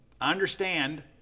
Understand